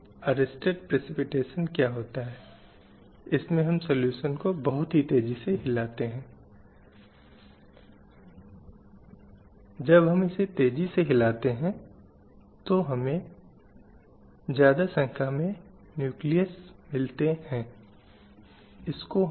विभिन्न वर्गों की महिलाओं की विभिन्न धर्मों की विभिन्न समूहों की या आप जानते हैं विकलांग महिलाएं आदि में स्थिति और भी विपरीत है